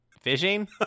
fishing